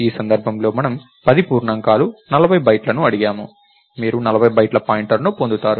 ఈ సందర్భంలో మనము 10 పూర్ణాంకాలు 40 బైట్లను అడిగాము మీరు 40 బైట్ల పాయింటర్ని పొందుతారు